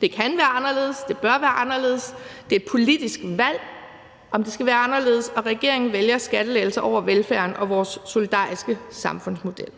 Det kan være anderledes. Det bør være anderledes. Det er et politisk valg, om det skal være anderledes, og regeringen vælger skattelettelser over velfærden og vores solidariske samfundsmodel.